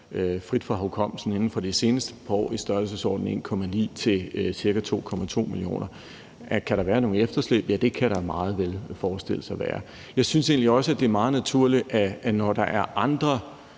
kan jeg sige, at det inden for de seneste par år har ligget i størrelsesordenen fra 1,9 mio. kr. til ca. 2,2 mio. kr. Kan der være et efterslæb? Ja, det kan der meget vel forestilles at være. Jeg synes egentlig også, det er meget naturligt, at der er andre